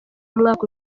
umwaka